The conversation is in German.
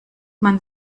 man